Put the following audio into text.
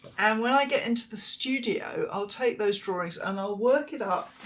and when i get into the studio i'll take those drawings and i'll work it up